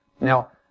Now